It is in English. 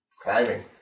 Climbing